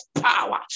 power